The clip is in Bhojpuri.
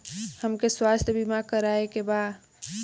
हमके स्वास्थ्य बीमा करावे के बा?